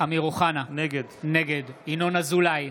אמיר אוחנה, נגד ינון אזולאי,